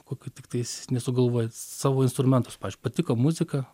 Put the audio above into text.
kokių tiktais nesugalvoja savo instrumentus pavyzdžiui patiko muzika